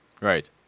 Right